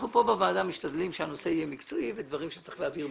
אנחנו כאן בוועדה משתדלים שהנושא יהיה מקצועי ודברים שצריך להעביר,